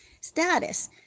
status